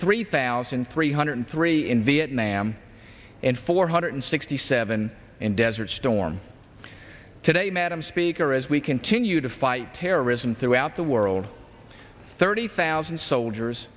three thousand three hundred three in viet nam and four hundred sixty seven in desert storm today madam speaker as we continue to fight terrorism throughout the world thirty thousand soldiers